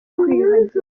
kwiyuhagira